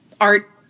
art